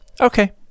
Okay